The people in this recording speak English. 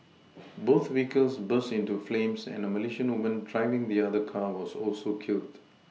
both vehicles burst into flames and a Malaysian woman driving the other car was also killed